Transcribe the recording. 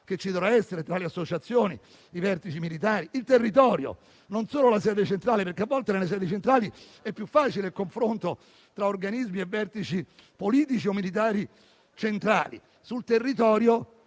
che ci dovrà essere tra le associazioni, i vertici militari e il territorio non solo nella sede centrale (dove a volte è più facile il confronto tra organismi e vertici politici o militari centrali); perché sul territorio